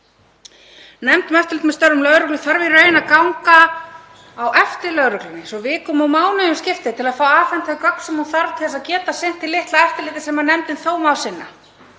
Nefnd um eftirlit með störfum lögreglu þarf í raun að ganga á eftir lögreglunni svo vikum og mánuðum skiptir til að fá afhent þau gögn sem hún þarf til að geta sinnt því litla eftirliti sem nefndin þó má sinna.